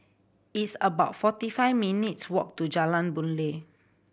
it's about forty five minutes' walk to Jalan Boon Lay